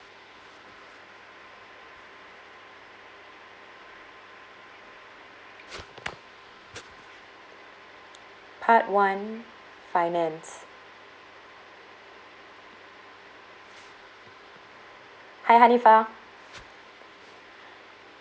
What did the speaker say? part one finance hi hanifa